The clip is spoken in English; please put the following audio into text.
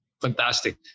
Fantastic